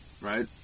right